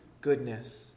goodness